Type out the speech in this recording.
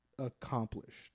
accomplished